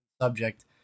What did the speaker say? subject